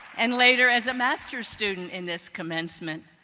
and later as a master's student in this commencement.